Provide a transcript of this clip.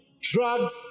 drugs